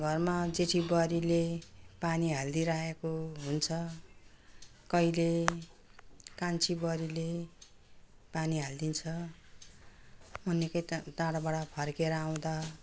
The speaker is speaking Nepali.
घरमा जेठी बुहारीले पानी हालिदिइराखेको हुन्छ कहिले कान्छी बुहारीले पानी हालिदिन्छ म निकै टाढाबाट फर्किएर आउँदा